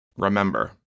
Remember